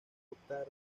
optar